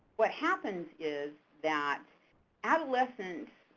what happens is that adolescents,